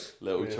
little